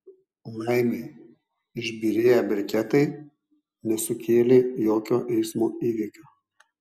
laimei išbyrėję briketai nesukėlė jokio eismo įvykio